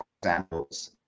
examples